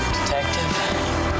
Detective